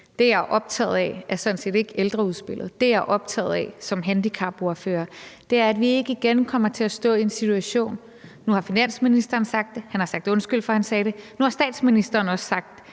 Det, jeg er optaget af, er sådan set ikke ældreudspillet. Det, jeg er optaget af som handicapordfører, er, at vi ikke igen kommer til at stå i en situation, som da finansministeren sagde det. Han har sagt undskyld for, at han sagde det. Nu har statsministeren også sagt,